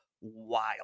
wild